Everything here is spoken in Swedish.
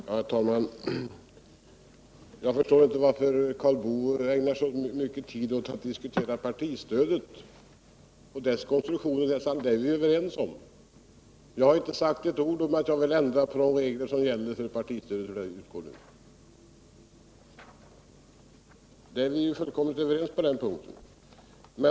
Herr talman! Jag förstår inte varför Karl Boo ägnar så mycket tid åt att diskutera partistödet och dess konstruktion — vi är överens där. Jag har inte sagt ett ord om att jag vill ändra de regler som gäller för partistödet. Vi är fullkomligt överens på denna punkt.